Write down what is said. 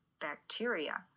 bacteria